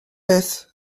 beth